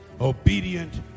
Obedient